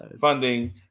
funding